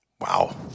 Wow